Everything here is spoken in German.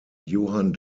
johann